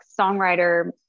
songwriter